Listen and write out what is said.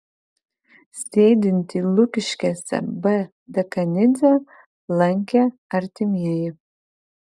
sėdintį lukiškėse b dekanidzę lankė artimieji